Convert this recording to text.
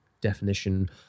definition